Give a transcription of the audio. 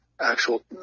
actual